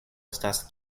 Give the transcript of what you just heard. estas